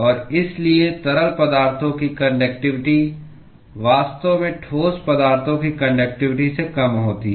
और इसलिए तरल पदार्थों की कान्डक्टिवटी वास्तव में ठोस पदार्थों की कान्डक्टिवटी से कम होती है